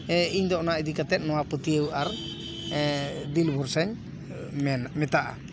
ᱤᱧ ᱫᱚ ᱚᱱᱟ ᱤᱫᱤ ᱠᱟᱛᱮ ᱱᱚᱣᱟ ᱯᱟᱹᱛᱭᱟᱹᱣ ᱟᱨ ᱫᱤᱞ ᱵᱷᱚᱨᱥᱟᱧ ᱢᱮᱱ ᱢᱮᱛᱟᱜᱼᱟ